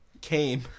Came